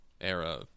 era